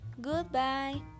Goodbye